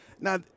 Now